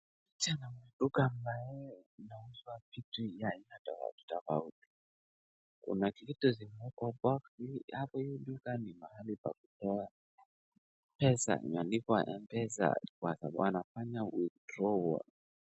Picha naona duka ambayo inauza vitu ya aina tofautitofauti, kuna vitu zimeekwa hapo, hapa hivi duka ni mahali pa kutoa pesa imeandikwa mpesa kwa sababu wanafanya kutoa.